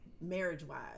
marriage-wise